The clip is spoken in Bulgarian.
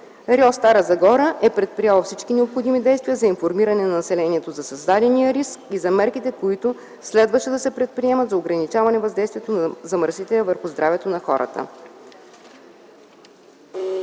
– Стара Загора, е предприела всички необходими действия за информиране на населението за създадения риск и за мерките, които следваше да се предприемат за ограничаване въздействието на замърсителя върху здравето на хората.